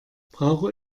brauche